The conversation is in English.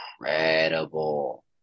incredible